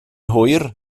hwyr